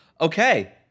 Okay